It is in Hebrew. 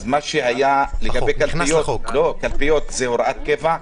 אז מה שהיה לגבי קלפיות זה הוראת קבע?